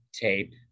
tape